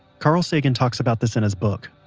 carl sagan talks about this in his book,